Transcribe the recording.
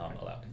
allowed